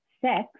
sex